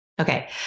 Okay